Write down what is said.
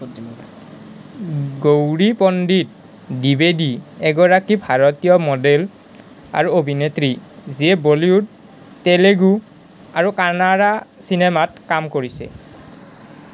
গৌৰী পণ্ডিত দ্বিবেদী এগৰাকী ভাৰতীয় মডেল আৰু অভিনেত্ৰী যিয়ে বলীউড তেলেগু আৰু কানাড়া চিনেমাত কাম কৰিছে